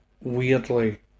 weirdly